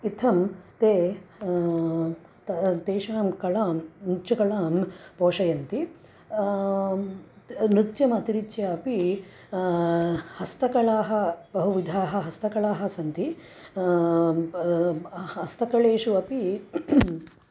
इत्थं ते त तेषां कलां नृत्यकलां पोषयन्ति नृत्यमतिरिच्यापि हस्तकलाः बहुविधाः हस्तकलाः सन्ति अ हस्तकलासु अपि